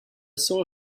saw